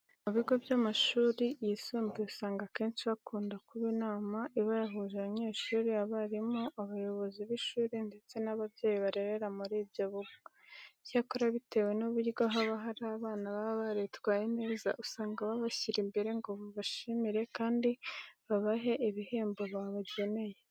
Mu bigo by'amashuri yisumbuye usanga akenshi hakunda kuba inama iba yahuje abanyeshuri, abarimu, abayobozi b'ishuri ndetse n'ababyeyi barerera muri ibyo bigo. Icyakora bitewe n'uburyo haba hari abana baba baritwaye neza, usanga babashyira imbere kugira ngo babashimire kandi babahe n'ibihembo babageneye.